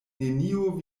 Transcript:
neniu